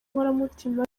inkoramutima